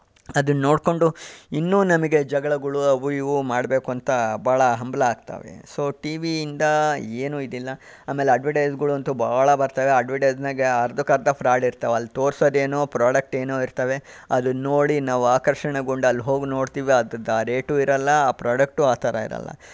ಅದನ್ನ ನೋಡ್ಕೊಂಡು ಇನ್ನೂ ನಮಗೆ ಜಗಳಗಳು ಅವು ಇವು ಮಾಡಬೇಕು ಅಂತ ಬಹಳ ಹಂಬಲ ಆಗ್ತಾವೆ ಸೊ ಟಿ ವಿಯಿಂದ ಏನು ಇದಿಲ್ಲ ಆಮೇಲೆ ಅಡ್ವಟೈಸ್ಗಳಂತೂ ಬಹಳ ಬರ್ತಾವೆ ಅಡ್ವಟೈಸ್ನಾಗೇ ಅರ್ಧಕ್ಕರ್ಧ ಫ್ರಾಡ್ ಇರ್ತಾವೆ ಅಲ್ಲಿ ತೋರಿಸೋದೇನೋ ಪ್ರಾಡಕ್ಟೆನೋ ಇರ್ತಾವೆ ಅದನ್ನು ನೋಡಿ ನಾವು ಆಕರ್ಷಣೆಗೊಂಡು ಅಲ್ಲೋಗಿ ನೋಡ್ತೀವಿ ಅದ್ರದ್ದು ಆ ರೇಟು ಇರಲ್ಲ ಆ ಪ್ರಾಡಕ್ಟು ಆ ಥರ ಇರಲ್ಲ